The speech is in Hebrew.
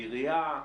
העירייה?